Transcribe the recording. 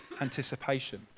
anticipation